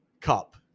cup